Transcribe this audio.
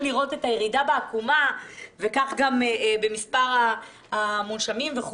לראות את הירידה בעקומה וכך גם במספר המונשמים.